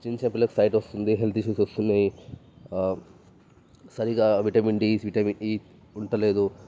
చిన్నచిన్న పిల్లలకి సైట్ వస్తుంది హెల్త్ ఇష్యూస్ వస్తున్నాయి సరిగా విటమిన్ డీ విటమిన్ ఈ ఉండటం లేదు